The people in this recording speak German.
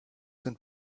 sind